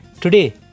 Today